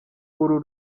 uru